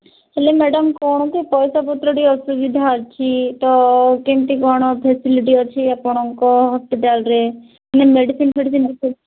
ହେଲେ ମ୍ୟାଡ଼ାମ୍ କ'ଣ କି ପଇସାପତ୍ର ଟିକେ ଅସୁବିଧା ଅଛି ତ କେମିତି କ'ଣ ଫାସିଲିଟି ଅଛି ଆପଣଙ୍କ ହସ୍ପିଟାଲ୍ରେ ମେଡ଼ିସିନ୍ ଫେଡ଼ିସିନ୍